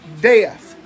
death